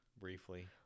briefly